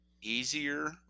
easier